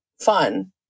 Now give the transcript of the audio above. fun